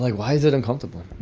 like why is it uncomfortable?